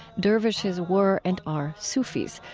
dervishes were and are sufis,